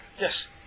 Yes